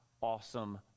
awesome